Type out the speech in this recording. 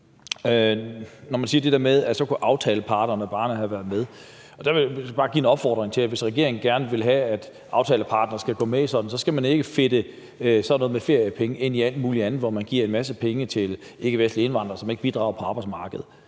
Når man siger, at aftaleparterne bare kunne have været med, vil jeg bare give en opfordring til, at hvis regeringen gerne vil have, at aftaleparterne skal gå med i sådan noget, skal man ikke fedte sådan noget med feriepenge ind i alt muligt andet, hvor man giver en masse penge til ikkevestlige indvandrere, som ikke bidrager på arbejdsmarkedet.